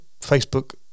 facebook